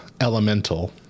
Elemental